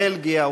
בלגיה,